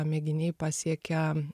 mėginiai pasiekia